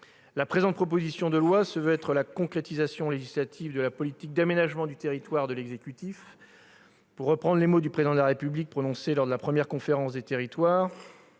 La présente proposition de loi se veut la concrétisation législative de la politique d'aménagement du territoire de l'exécutif. Pour reprendre les mots du Président de la République prononcés lors de la première Conférence nationale des territoires,